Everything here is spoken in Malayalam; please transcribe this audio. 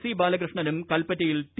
സി ബാലകൃഷ്ണനും കൽപ്പറ്റയിൽ ടി